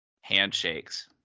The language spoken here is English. handshakes